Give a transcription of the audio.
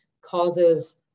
causes